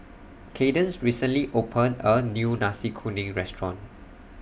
Kaydence recently opened A New Nasi Kuning Restaurant